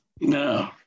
no